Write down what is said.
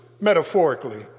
metaphorically